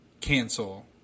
cancel